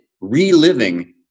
reliving